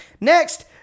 Next